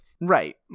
Right